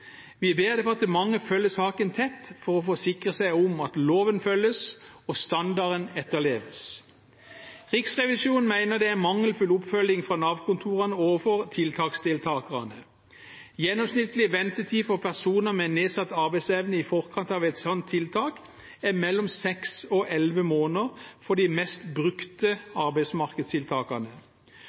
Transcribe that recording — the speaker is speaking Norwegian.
Vi ber departementet følge saken tett for å forsikre seg om at loven følges og standarden etterleves. Riksrevisjonen mener det er mangelfull oppfølging fra Nav-kontorene overfor tiltaksdeltakerne. Gjennomsnittlig ventetid for personer med nedsatt arbeidsevne i forkant av et tiltak er mellom seks og elleve måneder for de mest brukte arbeidsmarkedstiltakene.